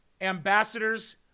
ambassadors